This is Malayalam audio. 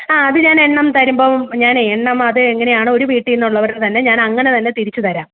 ആ അത് ഞാൻ എണ്ണം തരുമ്പോൾ ഞാനേ എണ്ണം അത് എങ്ങനാണ് ഒരു വീട്ടീന്നുള്ളവർ തന്നെ ഞാൻ അങ്ങനെ തന്നെ തിരിച്ച് തരാം